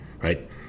right